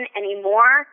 anymore